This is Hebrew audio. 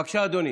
בבקשה, אדוני,